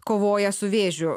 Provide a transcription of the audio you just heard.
kovoja su vėžiu